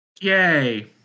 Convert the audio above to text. Yay